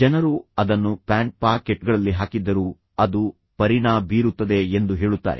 ಜನರು ಅದನ್ನು ಪ್ಯಾಂಟ್ ಪಾಕೆಟ್ಗಳಲ್ಲಿ ಹಾಕಿದ್ದರೂ ಅದು ಪರಿಣಾಮ ಬೀರುತ್ತದೆ ಎಂದು ಹೇಳುತ್ತಾರೆ